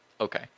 okay